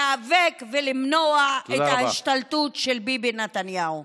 להיאבק ולמנוע את ההשתלטות של ביבי נתניהו.